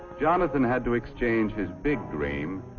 jonathan had to exchange his big dream